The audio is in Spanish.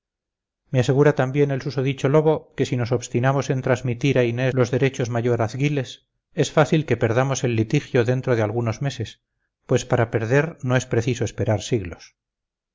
me asegura también el susodicho lobo que si nos obstinamos en transmitir a inés los derechos mayorazguiles es fácil que perdamos el litigio dentro de algunos meses pues para perder no es preciso esperar siglos